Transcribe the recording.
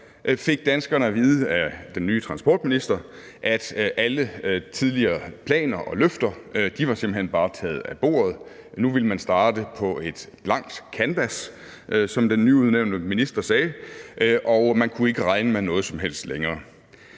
fik danskerne at vide af den nye transportminister, at alle tidligere planer og løfter simpelt hen bare var taget af bordet. Nu ville man starte på et blankt kanvas, som den nyudnævnte minister sagde. Og man kunne ikke regne med noget som helst længere.